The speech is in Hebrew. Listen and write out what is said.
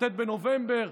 כ"ט בנובמבר?